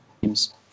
teams